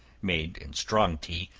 made in strong tea,